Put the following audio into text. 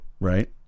right